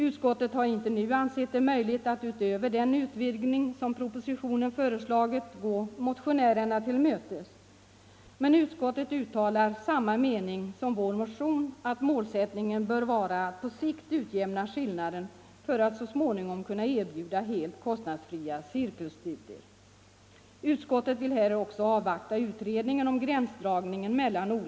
Utskottet har inte nu ansett det möjligt att utöver den utvidgning som propositionen föreslagit gå motionärerna till mötes. Men utskottet uttalar samma me ning som vår motion, nämligen att målsättningen bör vara att på sikt — Nr 83 utjämna skillnaden för att så småningom kunna erbjuda helt kostnadsfria Tisdagen den cirkelstudier. 20 maj 1975 Utskottet vill också avvakta utredningen om gränsdragningen mellan ssk ae tkr.